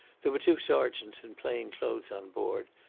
there were two sergeants in plain clothes on board,